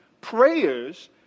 prayers